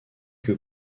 que